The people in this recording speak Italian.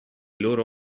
loro